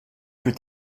plus